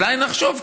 נחשוב: